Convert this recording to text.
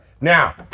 Now